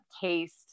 taste